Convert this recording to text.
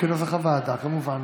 כנוסח הוועדה כמובן.